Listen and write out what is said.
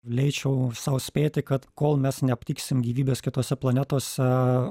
leisčiau sau spėti kad kol mes neaptiksim gyvybės kitose planetose